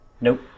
Nope